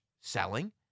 selling